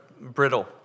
brittle